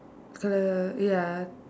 colour ya